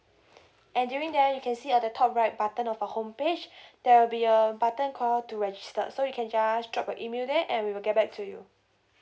and during there you can see at the top right button of our home page there will be a button call to register so you can just drop your email there and we will get back to you